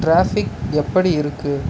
traffic எப்படி இருக்குது